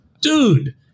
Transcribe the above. Dude